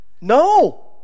no